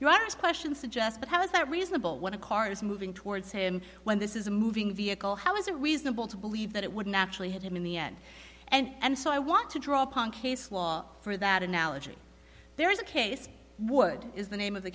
honest question suggest but how is that reasonable when a car is moving towards him when this is a moving vehicle how is it reasonable to believe that it would naturally hit him in the end and so i want to draw upon case law for that analogy there is a case would is the name of the